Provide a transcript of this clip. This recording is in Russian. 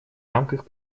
рамках